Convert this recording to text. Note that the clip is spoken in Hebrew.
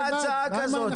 הייתה הצעה כזאת.